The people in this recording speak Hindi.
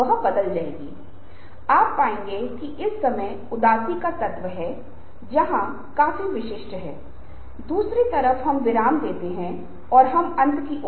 तो अन्य चीजें अधिक जटिल हो सकती हैं लेकिन इन 3 अंकओं पर मैंने ज़ोर देने की कोशिश की है